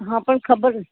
હા પણ ખબર